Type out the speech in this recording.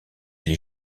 les